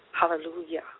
Hallelujah